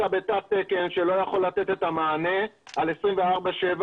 - 70% משרה בעיר של 150,000 תושבים לא יכול לתת מענה נדרש.